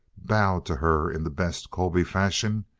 bowed to her in the best colby fashion,